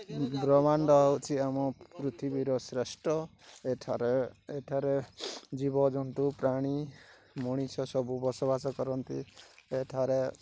ବ୍ରହ୍ମାଣ୍ଡ ହଉଛି ଆମ ପୃଥିବୀର ଶ୍ରେଷ୍ଟ ଏଠାରେ ଏଠାରେ ଜୀବଜନ୍ତୁ ପ୍ରାଣୀ ମଣିଷ ସବୁ ବସବାସ କରନ୍ତି ଏଠାରେ